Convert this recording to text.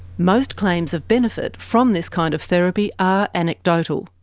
most claims of benefit from this kind of therapy are anecdotal.